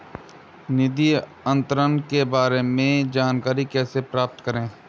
निधि अंतरण के बारे में जानकारी कैसे प्राप्त करें?